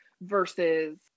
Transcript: versus